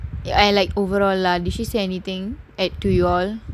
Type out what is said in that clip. ya like overall lah did she say anything at to you all